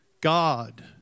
God